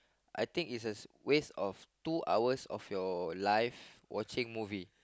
I think is as waste of two hours of your life watching movie